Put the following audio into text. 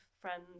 friends